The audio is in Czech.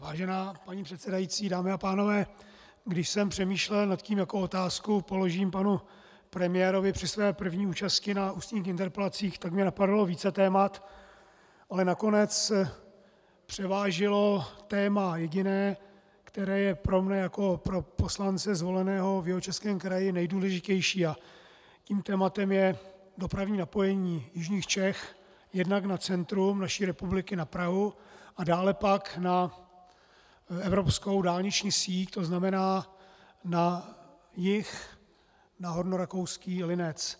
Vážená paní předsedající, dámy a pánové, když jsem přemýšlel nad tím, jakou otázku položím panu premiérovi při své první účasti na ústních interpelacích, tak mě napadalo více témat, ale nakonec převážilo téma jediné, které je pro mne jako poslance zvoleného v Jihočeském kraji nejdůležitější, a tím tématem je dopravní napojení jižních Čech jednak na centrum naší republiky, na Prahu, a dále pak na evropskou dálniční síť, to znamená na jih, na hornorakouský Linec.